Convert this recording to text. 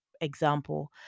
example